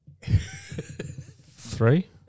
Three